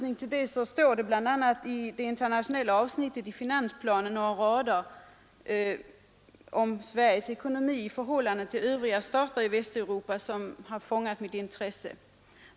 I finansplanens internationella avsnitt finns det i avsnittet om Sveriges ekonomi i förhållande till övriga stater i Västeuropa några rader som speciellt fångat mitt intresse.